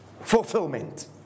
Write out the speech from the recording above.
fulfillment